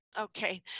Okay